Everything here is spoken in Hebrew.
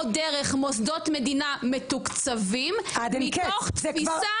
או דרך מוסדות מדינה מתוקצבים מתוך תפיסה